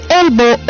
elbow